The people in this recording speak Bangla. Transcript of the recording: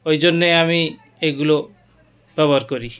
ওই জন্যে আমি এগুলো ব্যবহার করি